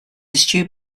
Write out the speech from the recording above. eschewed